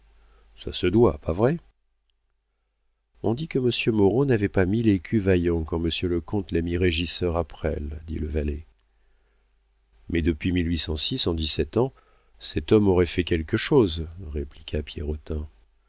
ça se doit pas vrai on dit que monsieur moreau n'avait pas mille écus vaillant quand monsieur le comte l'a mis régisseur à presles dit le valet mais depuis en dix-sept ans cet homme aurait fait quelque chose répliqua